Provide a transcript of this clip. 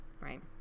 right